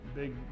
big